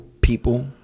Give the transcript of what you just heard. people